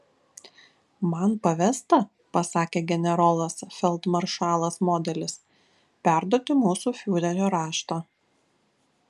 man pavesta pasakė generolas feldmaršalas modelis perduoti mūsų fiurerio raštą